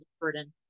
burden